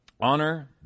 Honor